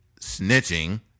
snitching